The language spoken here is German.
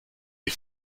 die